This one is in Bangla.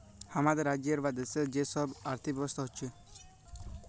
হামাদের রাজ্যের বা দ্যাশের যে সব আর্থিক ব্যবস্থা হচ্যে